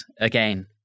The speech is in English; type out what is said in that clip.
Again